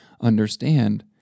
understand